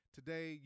Today